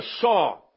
saw